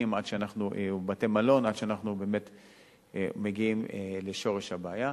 או לבתי-מלון עד שאנחנו מגיעים לשורש הבעיה.